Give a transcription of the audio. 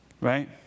right